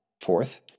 Fourth